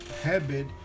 habit